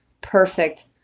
perfect